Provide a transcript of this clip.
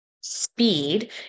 speed